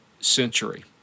century